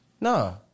No